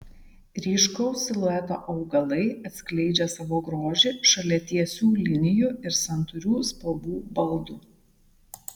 ryškaus silueto augalai atskleidžia savo grožį šalia tiesių linijų ir santūrių spalvų baldų